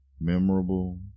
memorable